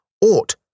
ought